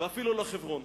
ואפיל לא חברון.